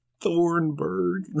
Thornburg